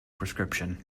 prescription